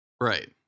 Right